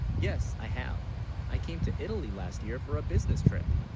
yes i have i came to italy last, year for a. business trip